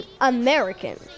American